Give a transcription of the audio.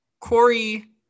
Corey